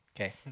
Okay